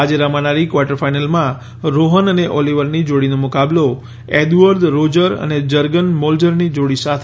આજે રમનારી કવાર્ટર ફાઈનલમાં રોહન અને ઓલીવરની જોડીનો મુકાબલો એદુઅર્દ રોજર અને જર્ગન મોલ્ઝરની જોડી સાથે થશે